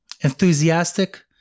enthusiastic